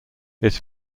its